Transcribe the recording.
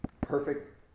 perfect